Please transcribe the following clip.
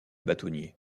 bâtonnier